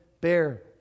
bear